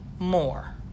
more